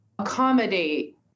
accommodate